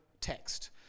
text